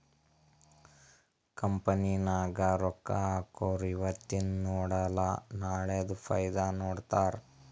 company ನಾಗ್ ರೊಕ್ಕಾ ಹಾಕೊರು ಇವತಿಂದ್ ನೋಡಲ ನಾಳೆದು ಫೈದಾ ನೋಡ್ತಾರ್